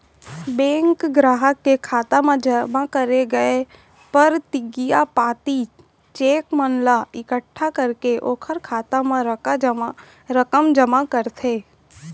bank गराहक के खाता म जमा करे गय परतिगिया पाती, चेक मन ला एकट्ठा करके ओकर खाता म रकम जमा करथे